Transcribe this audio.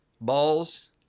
balls